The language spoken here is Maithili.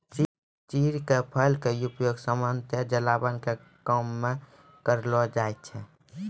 चीड़ के फल के उपयोग सामान्यतया जलावन के काम मॅ करलो जाय छै